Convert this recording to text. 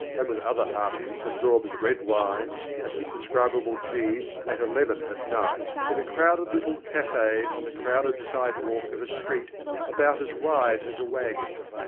and with other harpies absorbs red wine and indescribable cheese at eleven at night in a crowded little cafe on the crowded sidewalk of a street about as wide as a wagon.